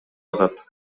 атат